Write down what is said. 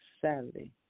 Saturday